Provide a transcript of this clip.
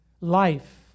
Life